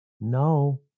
No